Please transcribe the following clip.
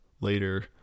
later